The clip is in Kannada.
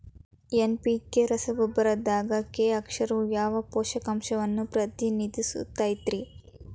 ಎನ್.ಪಿ.ಕೆ ರಸಗೊಬ್ಬರದಾಗ ಕೆ ಅಕ್ಷರವು ಯಾವ ಪೋಷಕಾಂಶವನ್ನ ಪ್ರತಿನಿಧಿಸುತೈತ್ರಿ?